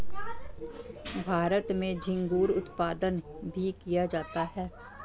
भारत में झींगुर उत्पादन भी किया जाता है